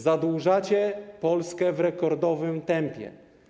Zadłużacie Polskę w rekordowym tempie.